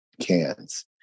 cans